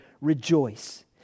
rejoice